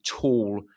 tool